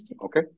Okay